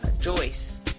Joyce